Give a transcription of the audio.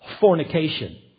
fornication